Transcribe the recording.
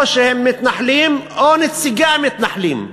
או שהם מתנחלים או שהם נציגי המתנחלים.